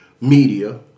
media